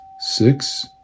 six